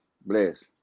bless